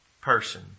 person